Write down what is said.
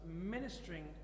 ministering